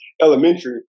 elementary